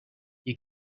you